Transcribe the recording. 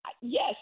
yes